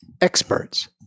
Experts